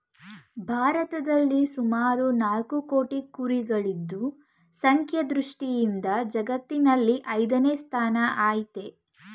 ಭಾರತದಲ್ಲಿ ಸುಮಾರು ನಾಲ್ಕು ಕೋಟಿ ಕುರಿಗಳಿದ್ದು ಸಂಖ್ಯಾ ದೃಷ್ಟಿಯಿಂದ ಜಗತ್ತಿನಲ್ಲಿ ಐದನೇ ಸ್ಥಾನ ಆಯ್ತೆ